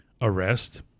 arrest